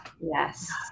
Yes